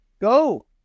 Go